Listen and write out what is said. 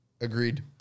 Agreed